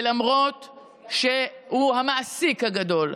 ולמרות שהוא המעסיק הגדול,